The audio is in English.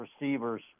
receivers